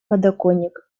подоконник